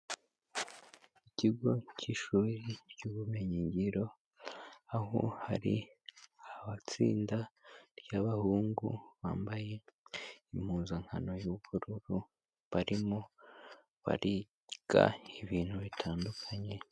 Ikigo cy'ishuri ry'ubumenyigiro, aho hari abatsinda ry'abahungu bambaye impuzankano y'ubururu, barimo bariga ibintu bitandukanye.